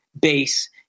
base